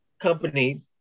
company